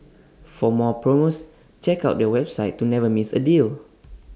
for more promos check out their website to never miss A deal